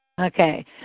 Okay